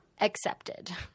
accepted